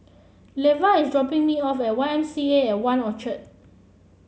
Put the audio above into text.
Leva is dropping me off at Y M C A At One Orchard